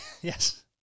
Yes